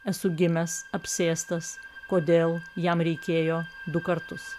esu gimęs apsėstas kodėl jam reikėjo du kartus